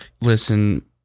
Listen